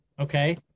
okay